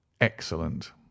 excellent